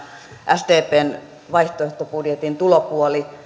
sdpn vaihtoehtobudjetin tulopuoli